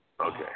Okay